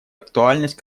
актуальность